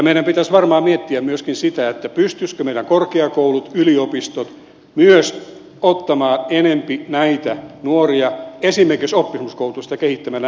meidän pitäisi varmaan miettiä myöskin sitä että pystyisivätkö myös meidän korkeakoulut yliopistot ottamaan enempi näitä nuoria esimerkiksi oppisopimuskoulutusta kehittämällä näitten koulutuksen kylkeen